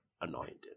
anointed